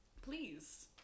Please